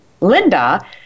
Linda